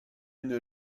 une